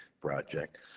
project